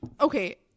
okay